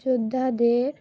যোদ্ধাদের